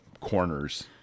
corners